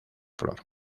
flor